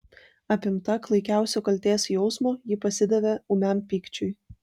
apimta klaikiausio kaltės jausmo ji pasidavė ūmiam pykčiui